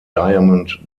diamond